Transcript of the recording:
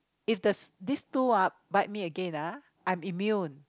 if the this two ah bite me again ah I'm immune